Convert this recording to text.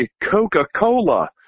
Coca-Cola